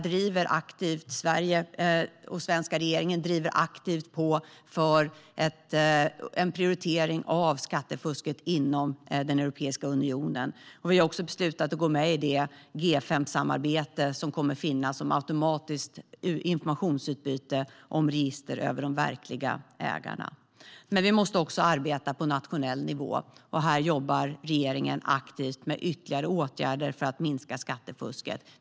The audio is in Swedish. Den svenska regeringen driver aktivt på för en prioritering av frågan om skattefusket inom Europeiska unionen. Vi har också beslutat att gå med i G5-samarbetet om automatiskt informationsutbyte av register över de verkliga ägarna. Men vi måste också arbeta på nationell nivå. Här jobbar regeringen aktivt med ytterligare åtgärder för att minska skattefusket.